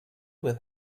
with